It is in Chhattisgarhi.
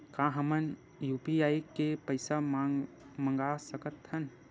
का हमन ह यू.पी.आई ले पईसा मंगा सकत हन?